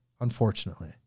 unfortunately